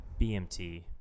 BMT